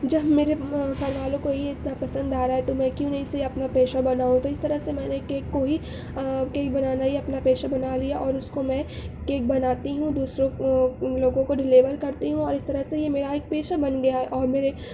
جب میرے گھر والوں کو ہی اتنا پسند آ رہا ہے تو میں کیوں نہیں اسے اپنا پیشہ بناؤں تو اس طرح سے میں نے کیک کو ہی کیک بنانا ہی اپنا پیشہ بنا لیا اور اس کو میں کیک بناتی ہوں دوسروں کو لوگوں کو ڈیلیور کرتی ہوں اور اس طرح سے یہ میرا ایک پیشہ بن گیا ہے اور میرے